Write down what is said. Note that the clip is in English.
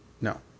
no